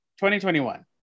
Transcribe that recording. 2021